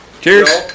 Cheers